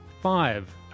five